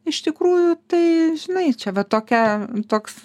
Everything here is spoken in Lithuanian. iš tikrųjų tai žinai čia va tokia toks